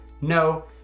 No